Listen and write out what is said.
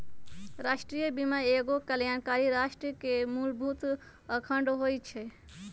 राष्ट्रीय बीमा एगो कल्याणकारी राष्ट्र के मूलभूत अङग होइ छइ